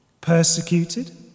Persecuted